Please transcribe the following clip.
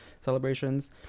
celebrations